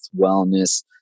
wellness